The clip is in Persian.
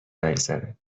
نگذره